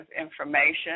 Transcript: information